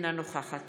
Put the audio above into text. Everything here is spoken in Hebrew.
אינה נוכחת